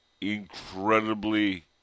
incredibly